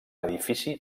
edifici